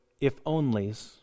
if-onlys